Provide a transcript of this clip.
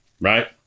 right